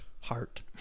Heart